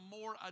more